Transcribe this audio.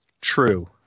True